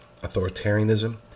authoritarianism